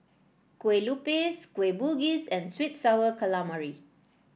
Kue Lupis Kueh Bugis and sweet and sour calamari